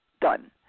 Done